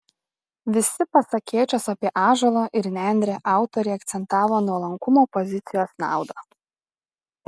visi pasakėčios apie ąžuolą ir nendrę autoriai akcentavo nuolankumo pozicijos naudą